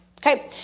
Okay